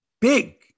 big